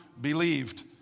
believed